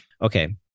Okay